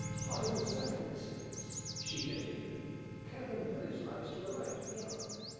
part of the sefton estates, she continued cambourne village lies to the right, beyond.